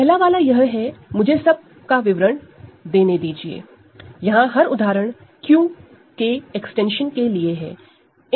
पहला वाला यह है मुझे सब का विवरण देने दीजिए यहां हर उदाहरण Q के एक्सटेंशनस के लिए है